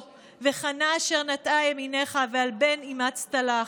וכנה אשר נטעה ימינך ועל בן אמצתה לך",